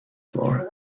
floor